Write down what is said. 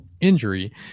injury